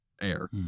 air